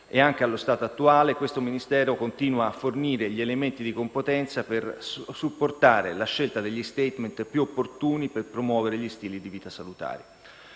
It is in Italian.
e, anche allo stato attuale, questo Ministero continua a fornire gli elementi di competenza per supportare la scelta degli *statement* più opportuni per promuovere gli stili di vita salutari.